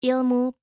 Ilmu